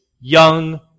young